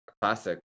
classic